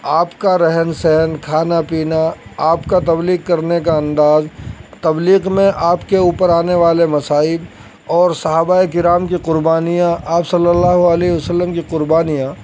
آپ کا رہن سہن کھانا پینا آپ کا تبلیغ کرنے کا انداز تبلیغ میں آپ کے اوپر آنے والے مصائب اور صحابہ کرام کی قربانیاں آپ صلی اللہ علیہ و سلم کی قربانیاں